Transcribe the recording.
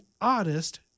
oddest